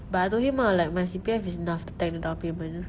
but I told him ah like my C_P_F is enough to tank the down payment